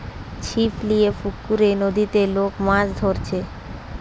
ছিপ লিয়ে পুকুরে, নদীতে লোক মাছ ধরছে